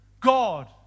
God